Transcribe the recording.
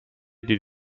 die